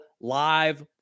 live